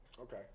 Okay